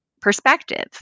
perspective